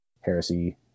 Heresy